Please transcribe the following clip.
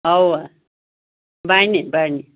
اَوا بَنہِ بَنہِ